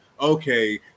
okay